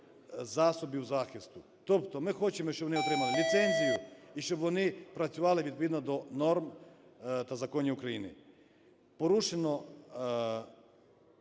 засобів захисту, тобто ми хочемо, щоб вони отримали ліцензію і щоб вони працювали відповідно до норм та законів України. Порушено